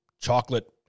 chocolate